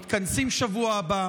ואנחנו מתכנסים בשבוע הבא.